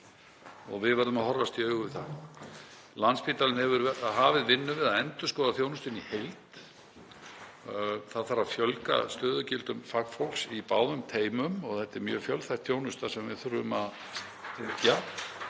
og við verðum að horfast í augu við það. Landspítalinn hefur hafið vinnu við að endurskoða þjónustuna í heild. Það þarf að fjölga stöðugildum fagfólks í báðum teymum og þetta er mjög fjölþætt þjónusta sem við þurfum að